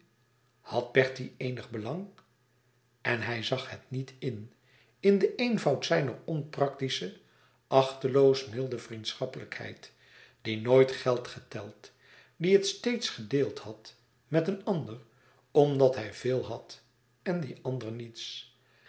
had bertie eenig belang en hij zag het niet in in den eenvoud zijner onpractische achteloos milde vriendschappelijkheid die nooit geld geteld die het steeds gedeeld had met een ander omdat hij veel had en die ander niets